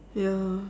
ya